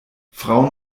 frauen